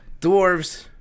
dwarves